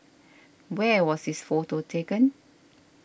where was this photo taken